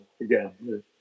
again